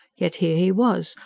yet here he was,